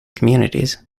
communities